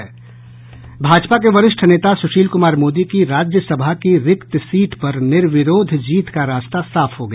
भाजपा के वरिष्ठ नेता सुशील कूमार मोदी की राज्यसभा की रिक्त सीट पर निर्विरोध जीत का रास्ता साफ हो गया